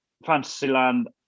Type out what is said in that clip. Fantasyland